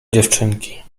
dziewczynki